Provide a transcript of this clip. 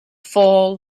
fall